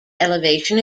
elevation